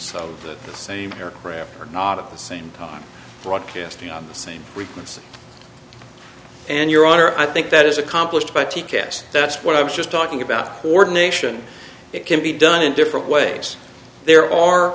that the same aircraft are not at the same time broadcasting on the same frequency and your honor i think that is accomplished by t cas that's what i was just talking about ordination it can be done in different ways there are